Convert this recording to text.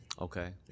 Okay